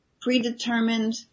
predetermined